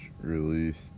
released